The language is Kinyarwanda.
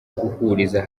guhuriza